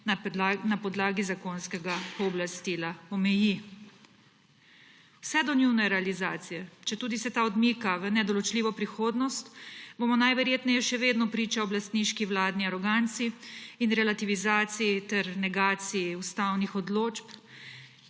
na podlagi zakonskega pooblastila omeji. Vse do njune realizacije, četudi se ta odmika v nedoločljivo prihodnost, bomo najverjetneje še vedno priča oblastniški vladni aroganci in relativizaciji ter negaciji ustavnih odločb,